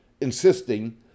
insisting